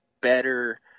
better –